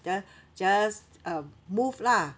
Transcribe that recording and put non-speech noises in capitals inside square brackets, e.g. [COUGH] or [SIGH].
ju~ [BREATH] just um move lah